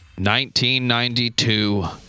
1992